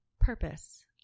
purpose